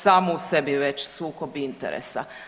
Samo u sebi već sukob interesa.